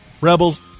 Rebels